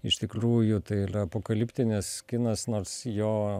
iš tikrųjų tai yra apokaliptinis kinas nors jo